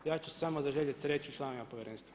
Ja ću samo zaželjeti sreću članovima Povjerenstva.